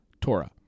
Torah